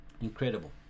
Incredible